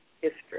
history